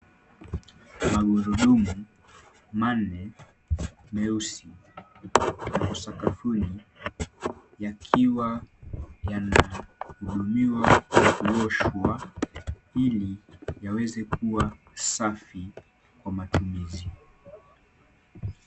Magurudumu manne meusi yako sakafuni yakiwa yanahudumiwa kwa kuoshwa ili yaweze kuwa safi kwa matumizi.